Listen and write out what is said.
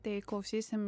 tai klausysim